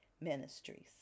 ministries